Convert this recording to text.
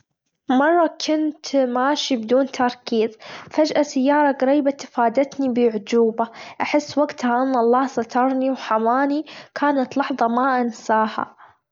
مرة كنت ماشي بدون تركيز فجأة سيارة جريبة تفادتني بأعجوبة أحس وجتها أن الله سترني وحماني كانت لحظة ما أنساها.